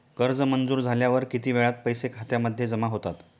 कर्ज मंजूर झाल्यावर किती वेळात पैसे खात्यामध्ये जमा होतात?